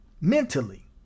mentally